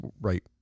right